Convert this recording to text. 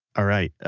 all right.